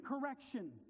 correction